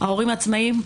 ההורים העצמאיים,